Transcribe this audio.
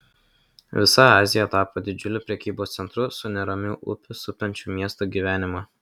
visa azija tapo didžiuliu prekybos centru su neramiu upių supančių miestą gyvenimu